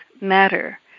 matter